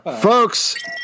Folks